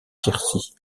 quercy